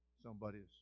somebody's